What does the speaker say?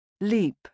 Leap